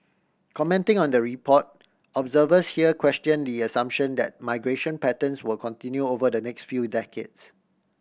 commenting on the report observers here question the assumption that migration patterns will continue over the next few decades